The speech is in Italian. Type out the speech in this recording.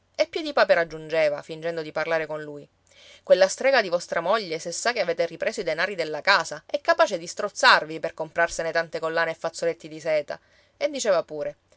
e piedipapera aggiungeva fingendo di parlare con lui quella strega di vostra moglie se sa che avete ripreso i denari della casa è capace di strozzarvi per comprarsene tante collane e fazzoletti di seta e diceva pure